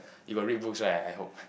you got read books right I hope